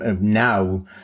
now